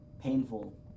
painful